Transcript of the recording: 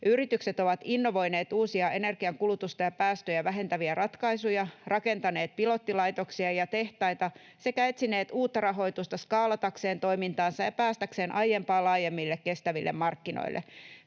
Yritykset ovat innovoineet uusia energiankulutusta ja päästöjä vähentäviä ratkaisuja, rakentaneet pilottilaitoksia ja tehtaita sekä etsineet uutta rahoitusta skaalatakseen toimintaansa ja päästäkseen aiempaa laajemmille, kestäville markkinoille.